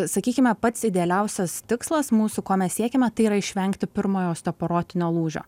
sakykime pats idealiausias tikslas mūsų ko mes siekiame tai yra išvengti pirmojo osteoporotinio lūžio